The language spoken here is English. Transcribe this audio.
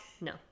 No